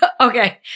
Okay